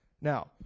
Now